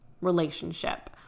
relationship